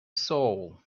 soul